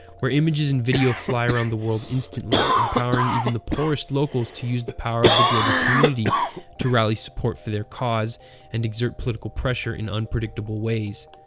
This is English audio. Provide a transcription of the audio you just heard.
where images and video fly around the world instantly, empowering even the poorest locals to use the power of the global community to rally support for their cause and exert political pressure in unpredictable ways.